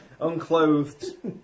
unclothed